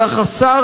אלא חסר